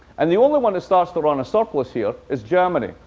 and the only one that starts to run a surplus here is germany,